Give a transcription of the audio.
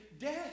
death